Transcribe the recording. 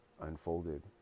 unfolded